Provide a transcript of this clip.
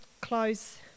close